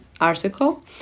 article